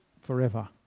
forever